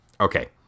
Okay